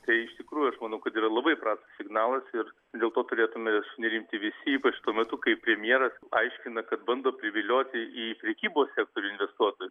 tai iš tikrųjų aš manau kad yra labai prastas signalas ir dėl to turėtume sunerimti visi ypač tuo metu kai premjeras aiškina kad bando privilioti į prekybos sektorių investuotojus